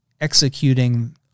executing